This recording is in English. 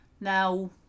Now